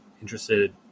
Interested